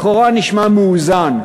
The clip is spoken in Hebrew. לכאורה נשמע מאוזן.